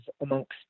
amongst